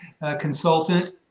consultant